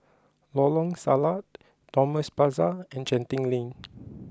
Lorong Salleh Thomson Plaza and Genting Link